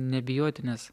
nebijoti nes